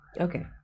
okay